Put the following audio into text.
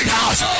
house